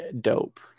dope